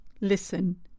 listen